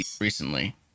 recently